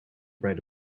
write